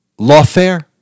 lawfare